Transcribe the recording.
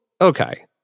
okay